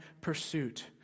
pursuit